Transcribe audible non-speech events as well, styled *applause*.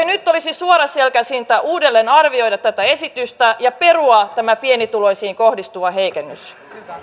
*unintelligible* nyt olisi suoraselkäisintä uudelleen arvioida tätä esitystä ja perua tämä pienituloisiin kohdistuva heikennys